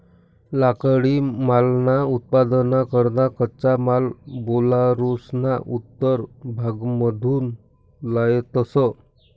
लाकडीमालना उत्पादनना करता कच्चा माल बेलारुसना उत्तर भागमाथून लयतंस